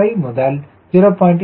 5 முதல் 0